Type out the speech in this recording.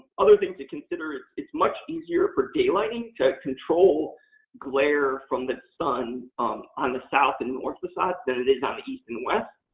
other things to consider. it's much easier for daylighting to control glare from the sun um on the south and north facade than it is on the east and west.